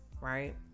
right